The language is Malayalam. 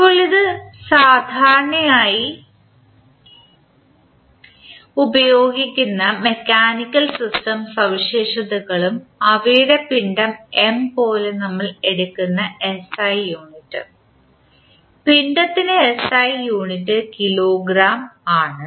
ഇപ്പോൾ ഇത് സാധാരണയായി ഉപയോഗിക്കുന്ന മെക്കാനിക്കൽ സിസ്റ്റം സവിശേഷതകളും അവയുടെ പിണ്ഡം M പോലെ നമ്മൾ എടുക്കുന്ന SI യൂണിറ്റും പിണ്ഡത്തിന് SI യൂണിറ്റ് കിലോഗ്രാം ആണ്